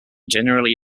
generally